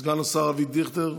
סגן השר אבי דיכטר,